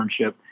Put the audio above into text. internship